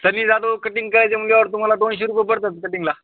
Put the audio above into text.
सनी Jadhav cutting करायचे म्हणल्यावर तुम्हाला दोनशे रुपये पडत्याल कटिंगला